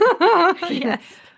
yes